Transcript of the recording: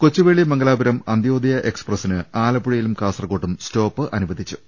കൊച്ചുവേളി മംഗലാപുരം അന്ത്യോദയാ എക്സ്പ്രസിന് ആലപ്പുഴയിലും കാസർക്കോട്ടും സ്റ്റോപ്പ് അനുവദിച്ചു